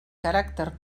caràcter